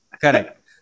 correct